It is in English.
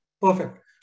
Perfect